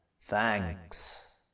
thanks